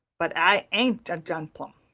but i ain't a gemplum.